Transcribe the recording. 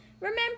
Remember